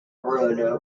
verona